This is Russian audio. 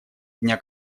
дня